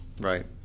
Right